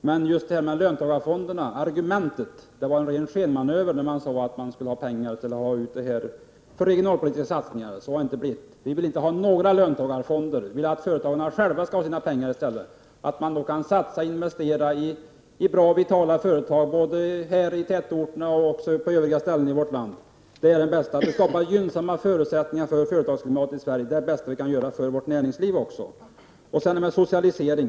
Herr talman! Det är här fråga om kända ställningstaganden. Argumentet i fråga om löntagarfonderna, att pengarna skulle användas till regionalpolitiska satsningar, var en ren skenmanöver. Detta har inte blivit av. Vi vill inte ha några löntagarfonder, utan vi vill att företagarna själva skall ha sina pengar. Att satsa och investera i bra och vitala företag både här i tätorterna och på övriga ställen i vårt land skapar gynnsamma förutsättningar för företagsklimatet i Sverige, och det är också det bästa vi kan göra för vårt näringsliv. Sedan till frågan om socialisering.